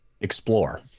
explore